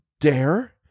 dare